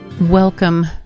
Welcome